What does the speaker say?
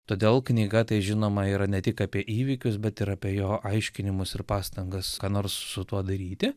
todėl knyga tai žinoma yra ne tik apie įvykius bet ir apie jo aiškinimus ir pastangas ką nors su tuo daryti